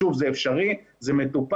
שוב, זה אפשרי, זה מטופל.